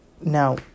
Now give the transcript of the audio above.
now